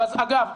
אגב,